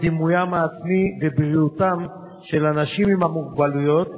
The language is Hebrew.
דימוים העצמי ובריאותם של אנשים עם מוגבלויות